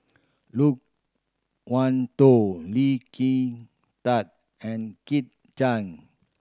Loke Wan Tho Lee Kin Tat and Kit Chan